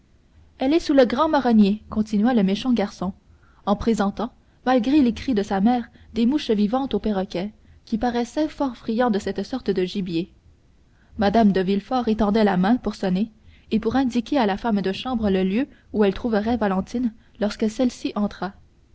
elle est sous le grand marronnier continua le méchant garçon en présentant malgré les cris de sa mère des mouches vivantes au perroquet qui paraissait fort friand de cette sorte de gibier mme de villefort étendait la main pour sonner et pour indiquer à la femme de chambre le lieu où elle trouverait valentine lorsque celle-ci